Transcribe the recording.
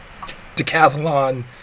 decathlon